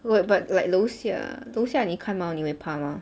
wait but like 楼下楼下你看猫你会怕吗